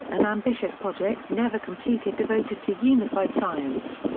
an ambitious project never completed devoted to unified science.